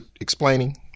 explaining